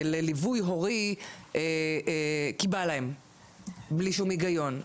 לליווי הורי כי בא להם בלי שום היגיון.